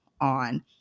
on